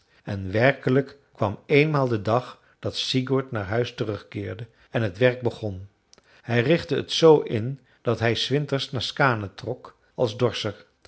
en werkelijk kwam eenmaal de dag dat sigurd naar huis terugkeerde en t werk begon hij richtte het zoo in dat hij s winters naar skaane trok als